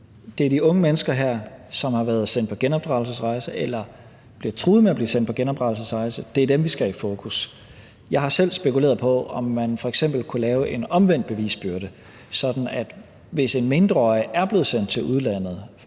Det er de her unge mennesker, som har været sendt på genopdragelsesrejse, eller som bliver truet med at blive sendt på genopdragelsesrejse, vi skal have i fokus. Jeg har selv spekuleret på, om man f.eks. kunne lave en omvendt bevisbyrde, hvis en mindreårig er blevet sendt til udlandet.